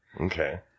Okay